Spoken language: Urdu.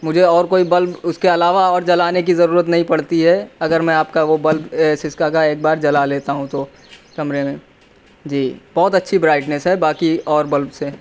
مجھے اور کوئی بلب اس کے علاوہ اور جلانے کی ضرورت نہیں پڑتی ہے اگر میں آپ کا وہ بلب سسکا کا ایک بار جلا لیتا ہوں تو کمرے میں جی بہت اچھی برائٹنیس ہے باقی اور بلب سے